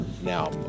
Now